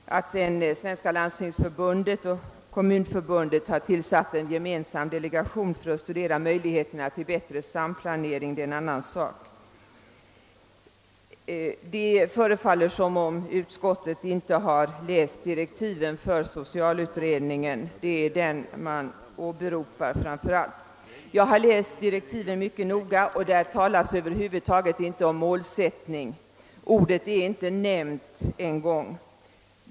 Att sedan Svenska landstingsförbundet och Svenska kommunförbundet har tillsatt en gemensam delegation för att studera möjligheter till bättre samplanering är en annan sak. Det förefaller som om utskottet inte har läst direktiven för socialutredningen, som framför allt åberopas. Jag har läst direktiven mycket noga. Där talas över huvud taget inte om målsättning. Ordet är inte nämnt en gång.